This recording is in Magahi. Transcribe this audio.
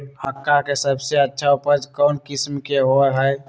मक्का के सबसे अच्छा उपज कौन किस्म के होअ ह?